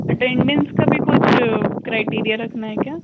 attendance का भी कुछ क्राइटेरिया रखना है क्या